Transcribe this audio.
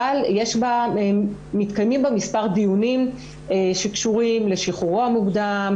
אבל מתקיימים בה מספר דיונים שקשורים לשחרורו המוקדם,